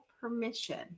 permission